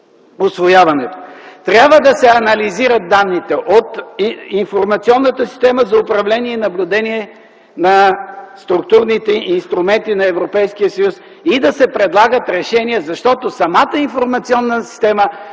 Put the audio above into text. Трябва да се анализират данните от информационната система за управление и наблюдение на структурните инструменти на Европейския съюз и да се предлагат решения, защото самата информационна система